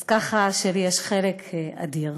אז ככה שלי יש חלק אדיר.